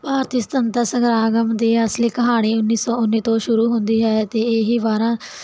ਭਾਰਤੀ ਸੁਤੰਤਰਤਾ ਸਮਾਗਮ ਦੇ ਅਸਲੀ ਕਹਾਣੀ ਉਨੀ ਸੋ ਉਨੀ ਤੋਂ ਸ਼ੁਰੂ ਹੁੰਦੀ ਹੈ ਤੇ ਇਹ ਬਾਰਾਂ